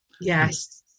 Yes